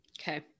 Okay